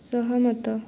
ସହମତ